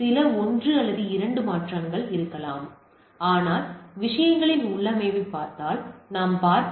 சில ஒன்று அல்லது 2 மாற்றங்கள் இருக்கலாம் ஆனால் விஷயங்களின் உள்ளமைவைப் பார்த்தால் நாம் பார்ப்பது